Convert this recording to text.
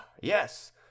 yes